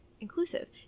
inclusive